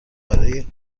برای